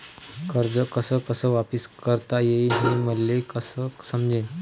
कर्ज कस कस वापिस करता येईन, हे मले कस समजनं?